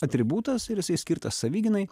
atributas ir jisai skirtas savigynai